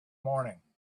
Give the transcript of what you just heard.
morning